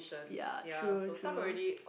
ya true true